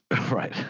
right